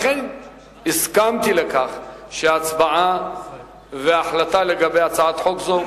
לכן הסכמתי שההצבעה וההחלטה לגבי הצעת חוק זו,